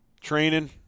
Training